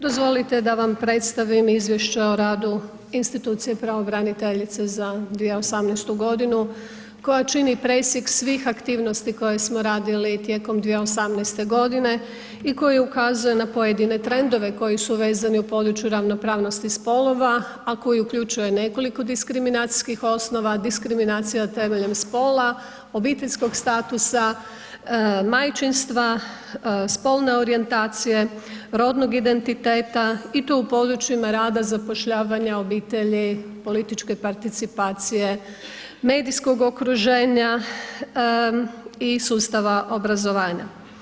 Dozvolite da vam predstavim Izvješće o radu institucije pravobraniteljice za 2018. godinu koja čini presjek svih aktivnosti koje smo radili tijekom 2018. godine i koji ukazuje na pojedine trendove koji su vezani u području ravnopravnosti spolova a koji uključuje nekoliko diskriminacijskih osnova, diskriminacija temeljem spola, obiteljskog statusa, majčinstva, spolne orijentacije, rodnog identiteta i to u područjima rada zapošljavanja obitelji, političke participacije, medijskog okruženja i sustava obrazovanja.